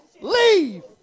Leave